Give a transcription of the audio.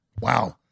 Wow